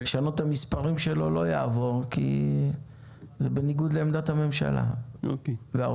לשנות את המספרים שלו לא יעבור כי זה בניגוד לעמדת הממשלה והאוצר.